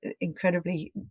incredibly